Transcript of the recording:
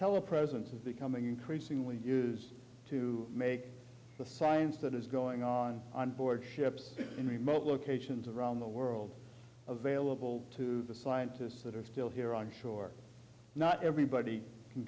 telepresence is becoming increasingly use to make the science that is going on on board ships in remote locations around the world available to the scientists that are still here on shore not everybody can